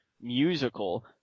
musical